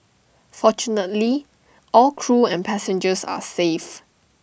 fortunately all crew and passengers are safe